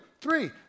three